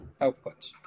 output